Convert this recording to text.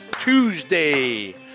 Tuesday